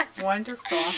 Wonderful